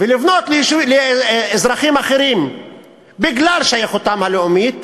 ולבנות לאזרחים אחרים בגלל שייכותם הלאומית,